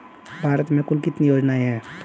भारत में कुल कितनी योजनाएं हैं?